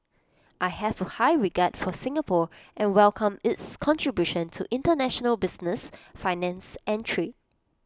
I have A high regard for Singapore and welcome its contribution to International business finance and trade